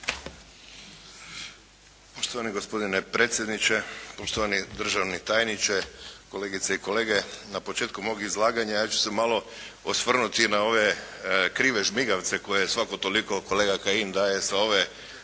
Poštovani gospodine predsjedniče, poštovani državni tajniče, kolegice i kolege. Na početku mog izlaganja ja ću se malo osvrnuti na ove krive žmigavce koje svako toliko kolega Kajin daje sa ove